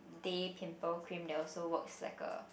day pimple cream they also works like a